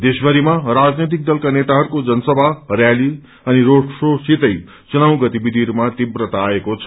देशभरिमा राजनैतिक दलका नेताहरूको जनसभा रयाली अनि रोड शोसितै चुनाव गतिविधिहरूमा तीव्रता आएको छ